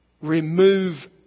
Remove